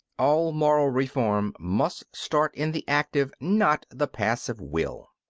all moral reform must start in the active not the passive will.